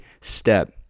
step